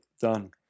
Done